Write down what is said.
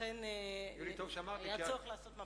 לכן היה צורך לעשות מפה חדשה.